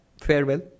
farewell